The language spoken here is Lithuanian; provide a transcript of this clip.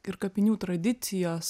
ir kapinių tradicijos